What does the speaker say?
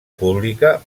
pública